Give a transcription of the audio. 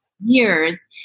years